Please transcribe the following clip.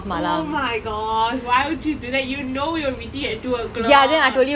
oh my gosh why would you do that you know we were meeting at two o'clock